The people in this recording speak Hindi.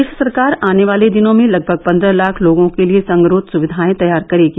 प्रदेश सरकार आने वाले दिनों में लगभग पन्द्रह लाख लोगों के लिए संगरोध सुविवाएं तैयार करेगी